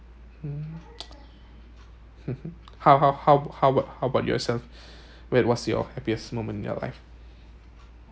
mm how how how how about how about yourself when was your happiest moment in your life